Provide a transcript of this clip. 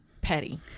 petty